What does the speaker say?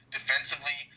Defensively